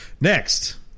Next